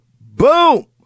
boom